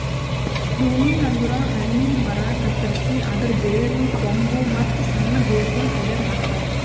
pruning ಅಂದುರ್ ಹಣ್ಣಿನ ಮರ ಕತ್ತರಸಿ ಅದರ್ ಬೇರು, ಕೊಂಬು, ಮತ್ತ್ ಸಣ್ಣ ಬೇರಗೊಳ್ ತೆಗೆದ ಹಾಕ್ತಾರ್